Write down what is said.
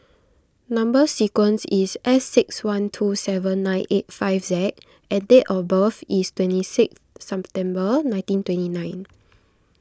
Number Sequence is S six one two seven nine eight five Z and date of birth is twenty six September nineteen twenty nine